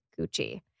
Gucci